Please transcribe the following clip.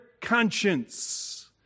conscience